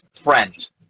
friend